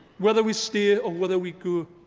whether we stay or whether we go.